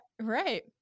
Right